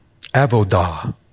Avodah